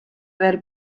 veel